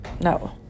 No